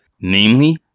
namely